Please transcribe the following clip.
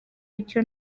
icyo